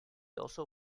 also